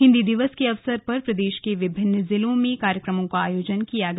हिंदी दिवस के अवसर पर प्रदेश के विभिन्न जिलों में कार्यक्रमों का आयोजन किया गया